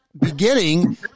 beginning